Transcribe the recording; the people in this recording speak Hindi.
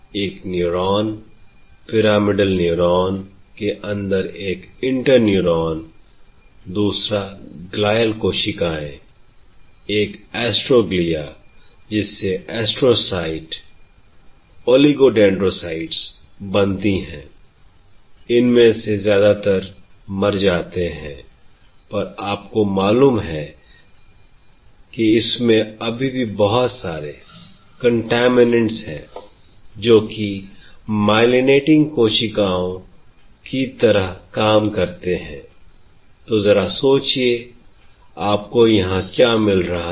एक न्यूरॉन पिरामिडल न्यूरॉन के अंदर एक इंटर न्यूरॉन दूसरा GLIAL कोशिकाएं एक ASTROGLIA जिससे एस्ट्रो साइटOLIGO DENDROCYTES बनती है I इनमें से ज्यादातर मर जाते हैं पर आपको मालूम है इसमें अभी भी बहुत सारे CONTAMINANTS है जो कि MYELINATING कोशिकाओं की तरह काम करते हैं I तो जरा सोचिए आपको यहां क्या मिल रहा है